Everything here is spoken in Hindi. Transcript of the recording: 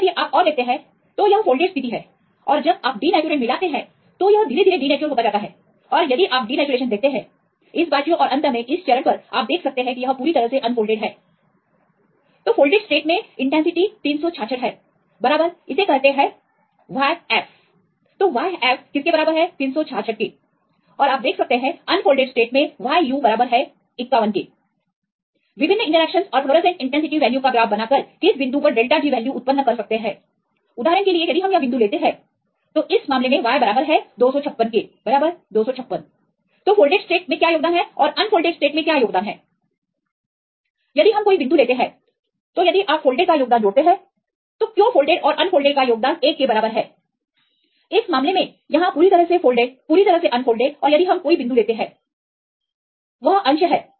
इसलिए यदि आप और देखते हैं तो यह फोल्डेड स्टेट स्थिति है और और जब आप डिनेचुरेंट मिलाते हैं तो यह धीरे धीरे डिनेचुरहोता जाता है और यदिआप डिनेचुरेशन देखते हैं इस बाजू और अंत में इस चरण पर आप देख सकते हैं कि यह पूरी तरह से अनफोल्डेड है तो फोल्डेड स्टेट में इंटेंसिटी 366 है बराबर इसे कहते हैं y f yf 366 है और आप देख सकते हैं अनफोल्डेड स्टेट y u 51 है विभिन्न कंसंट्रेशन और फ्लोरोसेंट इंटेंसिटी वैल्यू का ग्राफ बनाकर किसी बिंदु पर△G वैल्यू उत्पन्न कर सकते हैं उदाहरण के लिए यदि हम यह बिंदु लेते हैं तो इस मामले में y 256बराबर 256 तो फोल्डेड स्टेट से क्या योगदान है और अनफोल्डेड स्टेट से क्या योगदान है यदि हम कोई बिंदु लेते हैं तो यदि आप फोल्डेड का योगदान जोड़ते हैं तो क्यों फोल्डेड और अनफोल्डेड का योगदान एक के बराबर है इस मामले में यहां पूरी तरह से फोल्डेड पूरी तरह से अनफोल्डेड और यदि हम कोई बिंदु लेते हैं वह अंश है